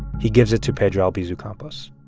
he gives it to pedro albizu campos